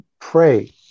Pray